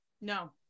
No